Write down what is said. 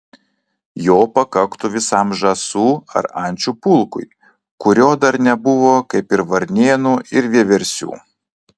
jo pakaktų visam žąsų ar ančių pulkui kurio dar nebuvo kaip ir varnėnų ir vieversių